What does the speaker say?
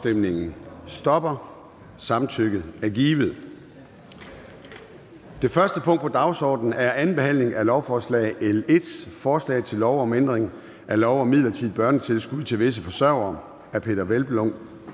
stemte 3 (ALT). Samtykket er givet. --- Det første punkt på dagsordenen er: 1) 2. behandling af lovforslag nr. L 1: Forslag til lov om ændring af lov om et midlertidigt børnetilskud til visse forsørgere.